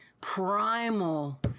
primal